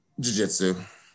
Jujitsu